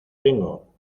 tengo